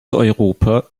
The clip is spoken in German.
europa